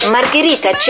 Margherita